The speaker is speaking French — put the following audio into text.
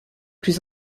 plus